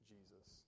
Jesus